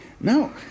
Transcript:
No